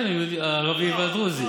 במגזר, כן, הערבי והדרוזי.